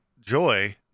joy